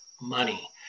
money